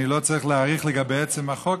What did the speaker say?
אני לא צריך להאריך לגבי עצם החוק,